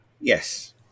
Yes